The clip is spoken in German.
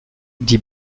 die